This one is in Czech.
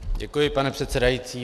Děkuji, pane předsedající.